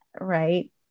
Right